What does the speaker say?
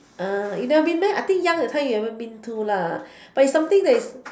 you never been there I think young that time you ever been to but is something that is